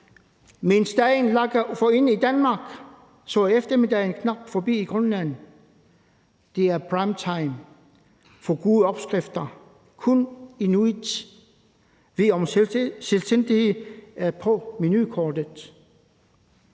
Mens dagen lakker mod enden i Danmark, er eftermiddagen knap forbi i Grønland. Det er prime time for gode opskrifter; kun inuit ved, om selvstændighed er på menukortet.